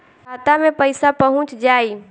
खाता मे पईसा पहुंच जाई